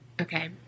Okay